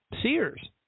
Sears